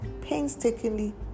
painstakingly